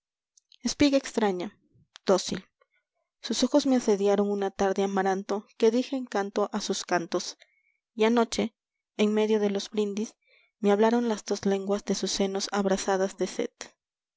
enjaulé espiga extraña dócil sus ojos me asediaron una tarde amaranto que dije un canto a sus cantos y anoche en medio de los brindis me hablaron las dos lenguas de sus senos abrasadas de sed